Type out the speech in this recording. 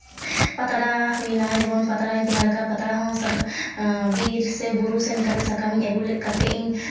ᱯᱟᱛᱲᱟ ᱦᱩᱭᱮᱱᱟ ᱡᱮᱢᱚᱱ ᱯᱟᱛᱲᱟᱧ ᱛᱮᱭᱟᱨ ᱠᱟᱜᱼᱟ ᱯᱟᱛᱲᱟ ᱦᱚᱸ ᱵᱤᱨ ᱥᱮ ᱵᱩᱨᱩ ᱥᱮᱱ ᱠᱟᱛᱮᱫ ᱥᱟᱠᱟᱢᱤᱧ ᱟᱹᱜᱩ ᱞᱮᱫ ᱠᱟᱛᱮᱫ ᱤᱧ